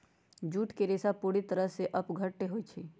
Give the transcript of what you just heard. jute के रेशा पूरे तरह से अपघट्य होई छई